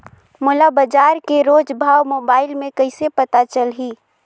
मोला बजार के रोज भाव मोबाइल मे कइसे पता चलही?